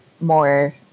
more